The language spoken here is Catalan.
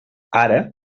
ara